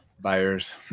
buyers